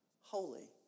Holy